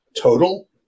total